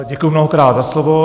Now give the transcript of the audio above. Děkuji mnohokrát za slovo.